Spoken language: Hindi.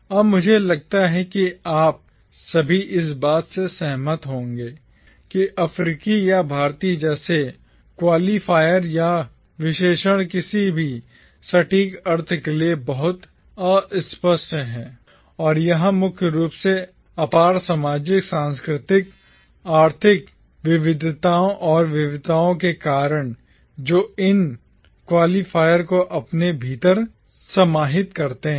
अब मुझे लगता है कि आप सभी इस बात से सहमत होंगे कि अफ्रीकी या भारतीय जैसे क्वालिफायर या विशेषण किसी भी सटीक अर्थ के लिए बहुत अस्पष्ट हैं और यह मुख्य रूप से अपार सामाजिक सांस्कृतिक आर्थिक विविधताओं और विविधताओं के कारण है जो इन क्वालिफायर को अपने भीतर समाहित करते हैं